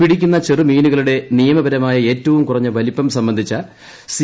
പിടിക്കുന്ന ചെറുമീനുകളുടെ നിയമപരമായ ഏറ്റവും കുറഞ്ഞ വലിപ്പം സംബന്ധിച്ച സി